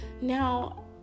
now